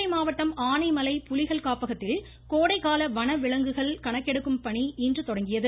கோவை மாவட்டம் ஆனைமலை புலிகள் காப்பகத்தில் கோடைகால வன விலங்குகள் கணக்கெடுக்கும் பணி இன்று தொடங்கியது